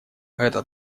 это